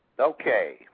Okay